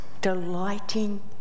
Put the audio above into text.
delighting